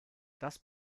das